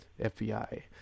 FBI